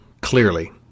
clearly